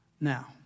now